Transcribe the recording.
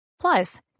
Plus